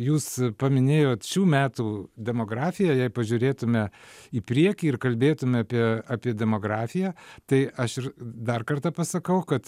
jūs paminėjot šių metų demografiją jei pažiūrėtume į priekį ir kalbėtume apie apie demografiją tai aš ir dar kartą pasakau kad